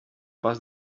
pas